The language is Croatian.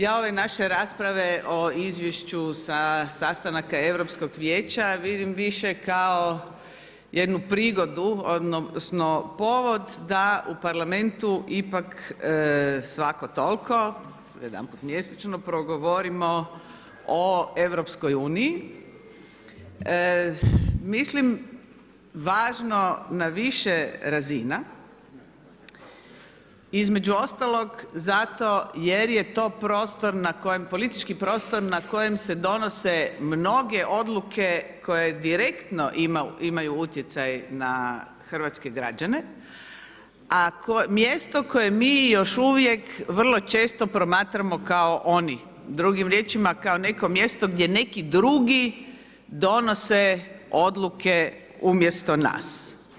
Ja ove naše rasprave o izvješću sa sastanaka vijeća vidim više kao jednu prigodu odnosno povod da u Parlamentu ipak svako toliko, jedanput mjesečno, progovorimo o EU-u. mislim važno na više razina, između ostalog zato jer je to politički prostor na kojem se donose mnoge odluke koje direktno imaju utjecaj na hrvatske građane a mjesto koje mi još uvijek vrlo često promatramo kao oni, drugim riječima kao neko mjesto gdje neki drugi donose odluke umjesto nas.